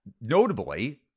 notably